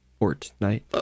Fortnite